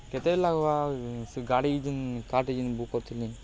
କେତେ ଲାଗ୍ବା ସେ ଗାଡ଼ି ଯେନ୍ କାର୍ଟେ ଯେନ୍ ବୁକ୍ କରିଥିନି